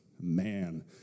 man